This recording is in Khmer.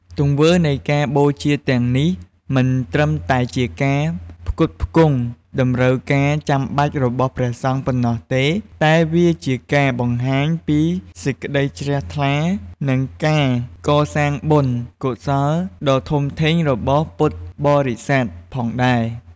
ទង្វើនៃការបូជាទាំងនេះមិនត្រឹមតែជាការផ្គត់ផ្គង់តម្រូវការចាំបាច់របស់ព្រះសង្ឃប៉ុណ្ណោះទេ តែវាជាការបង្ហាញពីសេចក្តីជ្រះថ្លា និងការកសាងបុណ្យកុសលដ៏ធំធេងរបស់ពុទ្ធបរិស័ទផងដែរ។